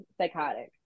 psychotic